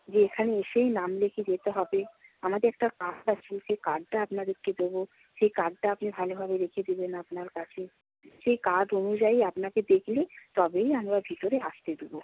যে এখানে এসেই নাম লিখিয়ে যেতে হবে আমাদের একটা কার্ড আছে সেই কার্ডটা আপনাদেরকে দেবো সেই কার্ডটা আপনি ভালোভাবে রেখে দেবেন আপনার কাছে সেই কার্ড অনুযায়ী আপনাকে দেখলে তবেই আমরা ভিতরে আসতে দেবো